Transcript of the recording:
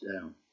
down